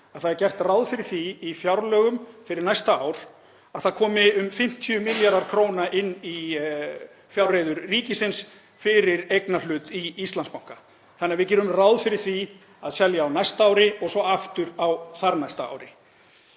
það er gert ráð fyrir því í fjárlögum fyrir næsta ár að það komi um 50 milljarðar kr. inn í fjárreiður ríkisins fyrir eignarhlut í Íslandsbanka, þannig að við gerum ráð fyrir því að selja á næsta ári og svo aftur á þar næsta ári.